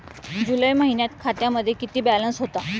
जुलै महिन्यात खात्यामध्ये किती बॅलन्स होता?